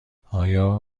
آیا